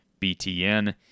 BTN